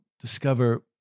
discover